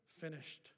finished